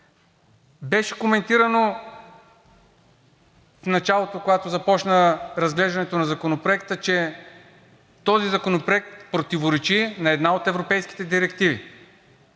Беше коментирано в началото, когато започна разглеждането на Законопроекта, че този законопроект противоречи на една от европейските директиви.